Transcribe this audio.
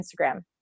instagram